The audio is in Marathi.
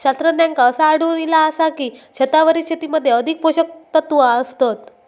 शास्त्रज्ञांका असा आढळून इला आसा की, छतावरील शेतीमध्ये अधिक पोषकतत्वा असतत